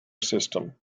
system